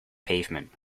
pavement